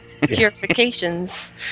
Purifications